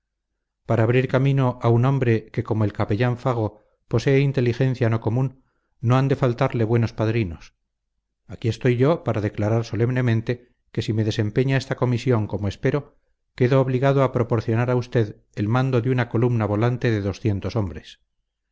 para abrir camino a un hombre que como el capellán fago posee inteligencia no común no han de faltarle buenos padrinos aquí estoy yo para declarar solemnemente que si me desempeña esta comisión como espero quedo obligado a proporcionar a usted el mando de una columna volante de doscientos hombres